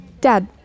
Dad